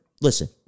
listen